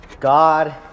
God